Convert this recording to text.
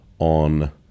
on